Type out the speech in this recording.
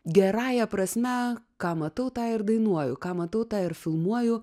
gerąja prasme ką matau tą ir dainuoju ką matau tą ir filmuoju